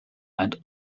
and